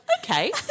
okay